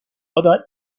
aday